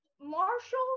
Marshall